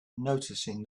noticing